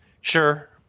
Sure